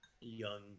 young